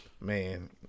Man